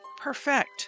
perfect